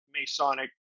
Masonic